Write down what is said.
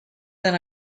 than